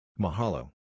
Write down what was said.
Mahalo